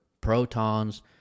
protons